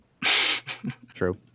True